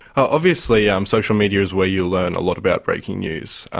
obviously um social media is where you learn a lot about breaking news,